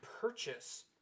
purchase